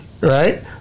right